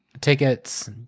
tickets